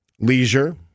Leisure